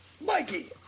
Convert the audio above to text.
Mikey